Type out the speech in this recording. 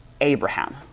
Abraham